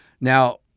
Now